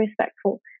respectful